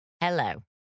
Hello